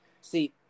See